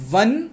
one